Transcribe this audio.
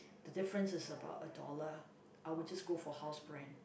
the differences is about a dollar I'll just go for house brand